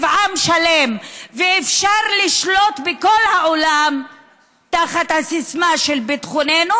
עם שלם ואפשר לשלוט בכל העולם תחת הסיסמה: ביטחוננו,